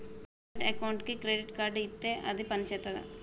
Current అకౌంట్కి credit card ఇత్తే అది పని చేత్తదా?